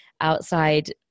outside –